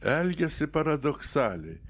elgiasi paradoksaliai